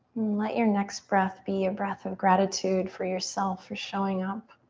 let your next breath be a breath of gratitude for yourself for showing up.